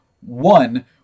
one